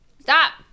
stop